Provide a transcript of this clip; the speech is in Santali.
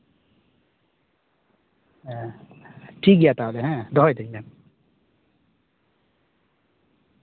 ᱴᱷᱤᱠ ᱜᱮᱭᱟ ᱛᱟᱦᱞᱮ ᱦᱮᱸ ᱫᱚᱦᱚᱭ ᱫᱟᱹᱧ ᱦᱮᱸ